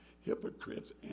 hypocrites